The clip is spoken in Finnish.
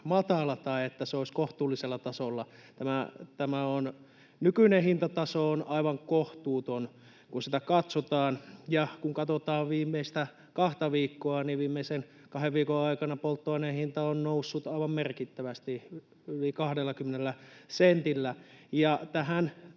matala tai että se olisi kohtuullisella tasolla. Tämä nykyinen hintataso on aivan kohtuuton, kun sitä katsotaan, ja kun katsotaan viimeistä kahta viikkoa, niin viimeisen kahden viikon aikana polttoaineen hinta on noussut aivan merkittävästi, yli 20 sentillä. Toivon